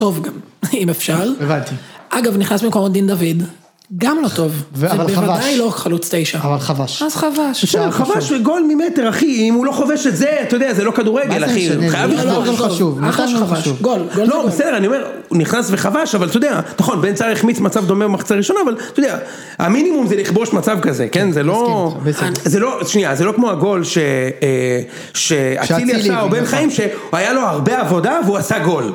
טוב גם, אם אפשר, אגב נכנס במקומו דין דוד, גם לא טוב, זה בוודאי לא חלוץ תשע, אבל כבש, אז כבש, כבש גול ממטר אחי, אם הוא לא כובש את זה, אתה יודע, זה לא כדורגל אחי. מה זה משנה הוא חייב לכבוש כבש וגול, נכנס וחבש, לא בסדר, אני אומר אבל אתה יודע, נכון בין צער יחמיץ מצב דומה ומחצה ראשונה, אבל אתה יודע, המינימום זה לכבוש מצב כזה, כן, זה לא, זה לא, שנייה, זה לא כמו הגול שאצילי עשה או בן חיים, שהיה לו הרבה עבודה והוא עשה גול